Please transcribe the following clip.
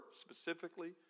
specifically